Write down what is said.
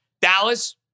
Dallas